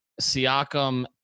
Siakam